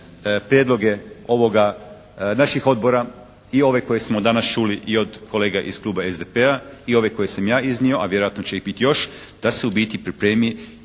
prijedloge ovoga naših odbora i ove koje smo danas čuli i od kolega iz kluba SDP-a i ove koje sam ja iznio, a vjerojatno će ih biti još da se u biti pripremi